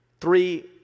Three